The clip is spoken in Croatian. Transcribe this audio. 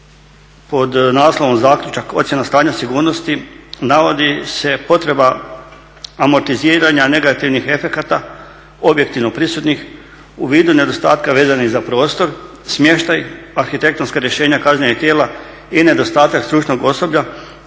pod naslovom zaključak, ocjena stanja sigurnosti navodi se potreba amortiziranja negativnih efekata, objektivno prisutnih u vidu nedostatka vezanih za prostor, smještaj, arhitektonska rješenja kaznenih tijela i nedostatak stručnog osoblja